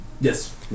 Yes